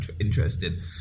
interested